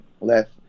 left